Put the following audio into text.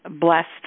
blessed